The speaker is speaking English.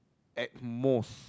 at most